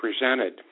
presented